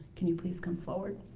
can you please come forward?